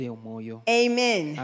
Amen